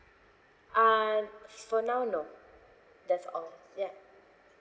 uh for now no that's all yeah